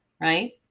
right